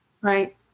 Right